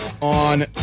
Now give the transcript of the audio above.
on